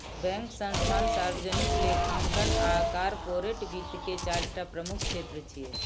bank, संस्थान, सार्वजनिक लेखांकन आ कॉरपोरेट वित्त के चारि टा प्रमुख क्षेत्र छियै